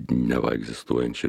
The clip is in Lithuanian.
neva egzistuojančią